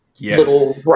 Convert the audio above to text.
little